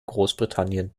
großbritannien